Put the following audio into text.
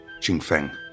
Jingfeng